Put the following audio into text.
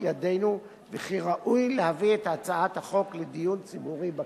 ידינו וכי ראוי להביא את הצעת החוק לדיון ציבורי בכנסת.